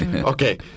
Okay